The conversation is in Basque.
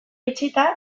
itxita